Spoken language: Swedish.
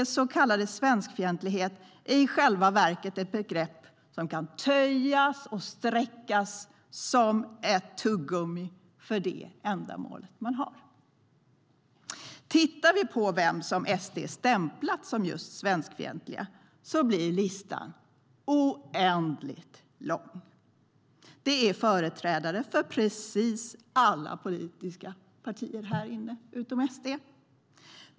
SD:s så kallade svenskfientlighet är i själva verket ett begrepp som kan töjas och sträckas som ett tuggummi för det ändamål man har. Tittar vi på vilka som SD stämplat som just svenskfientliga ser vi att listan blir oändligt lång. Det är företrädare för precis alla politiska partier härinne utom SD.